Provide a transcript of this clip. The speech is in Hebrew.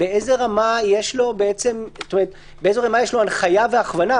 באיזו רמה יש לו הנחיה והכוונה?